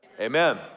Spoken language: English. Amen